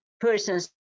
persons